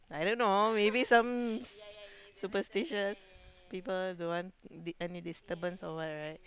I don't know maybe some superstitious people don't want di~ any disturbance or what right